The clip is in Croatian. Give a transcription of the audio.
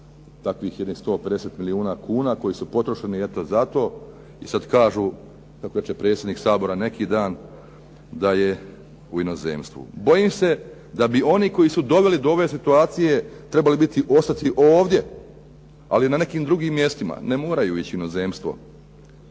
jednih 150 milijuna kuna koji su potrošeni eto za to i sad kažu kako će predsjednik Sabora neki dan, da je u inozemstvu. Bojim se da bi oni koji su doveli do ove situacije trebali ostati ovdje, ali ne nekim drugim mjestima. Ne moraju ići u inozemstvo,